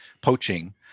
poaching